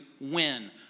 win